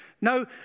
No